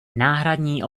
náhradní